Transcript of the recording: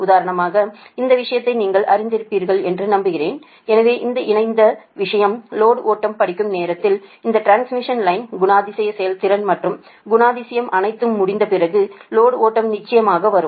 உதாரணமாக இந்த விஷயத்தை நீங்கள் அறிந்திருப்பீர்கள் என்று நம்புகிறேன் எனவே இந்த இணைந்த விஷயம் லோடு ஓட்டம் படிக்கும் நேரத்தில் இந்த டிரான்ஸ்மிஷன் லைன் குணாதிசய செயல்திறன் மற்றும் குணாதிசயம் அனைத்தும் முடிந்த பிறகு லோடு ஓட்டம் நிச்சயமாக வரும்